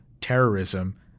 terrorism